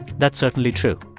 that's certainly true.